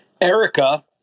Erica